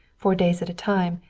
for days at a time,